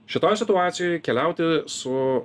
šitoj situacijoj keliauti su